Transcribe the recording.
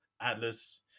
Atlas